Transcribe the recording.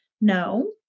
No